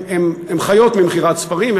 שהן חיות ממכירת ספרים,